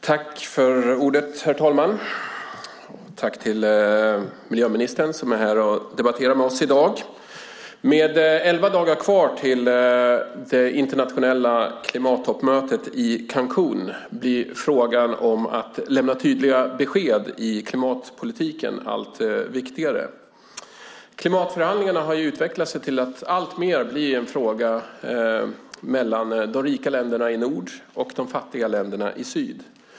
Herr talman! Jag vill tacka miljöministern som är här och debatterar med oss i dag. Med elva dagar kvar till det internationella klimattoppmötet i Cancún blir frågan om att lämna tydliga besked i klimatpolitiken allt viktigare. Klimatförhandlingarna har alltmer utvecklats till en fråga mellan de rika länderna i norr och de fattiga länderna i syd.